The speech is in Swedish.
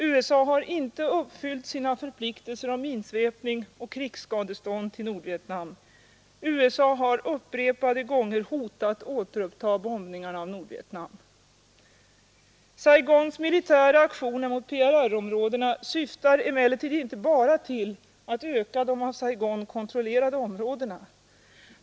USA har inte uppfyllt sina förpliktelser om minsvepning och krigsskadestånd till Nordvietnam. USA har upprepade gånger hotat återuppta bombningarna av Nordvietnam. Saigons militära aktioner mot PRR-områdena syftar emellertid inte bara till att öka de av Saigon kontrollerade områdena.